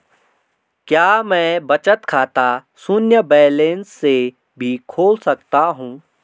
क्या मैं बचत खाता शून्य बैलेंस से भी खोल सकता हूँ?